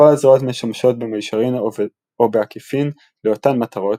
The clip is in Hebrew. כל הזרועות משמשות במישרין או בעקיפין לאותן מטרות,